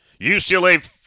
UCLA